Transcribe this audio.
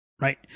Right